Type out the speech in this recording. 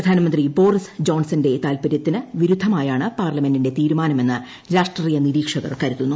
പ്രധാനമന്ത്രി ബോറിസ് ജോൺസന്റെ താൽപര്യത്തിനു വിരുദ്ധമായാണ് പാർലമെന്റിന്റെ തീരുമാനമെന്ന് രാഷ്ട്രീയ നിരീക്ഷകർ കരുതുന്നു